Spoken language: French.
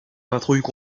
patrouilles